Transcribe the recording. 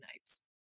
nights